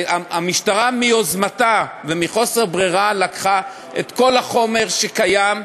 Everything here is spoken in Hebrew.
והמשטרה מיוזמתה ומחוסר ברירה לקחה את כל החומר שקיים,